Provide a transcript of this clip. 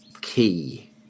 key